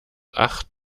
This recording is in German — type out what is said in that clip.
acht